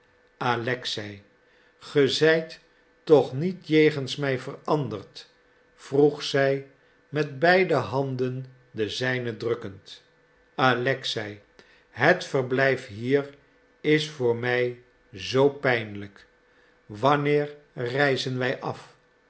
ge zijt toch niet jegens mij veranderd vroeg zij met beide handen de zijne drukkend alexei het verblijf hier is voor mij zoo pijnlijk wanneer reizen wij af